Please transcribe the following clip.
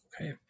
Okay